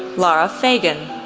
laura fagan,